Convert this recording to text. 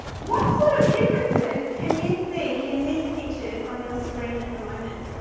what sort of differences can you see in these pictures on your screen at the moment?